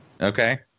Okay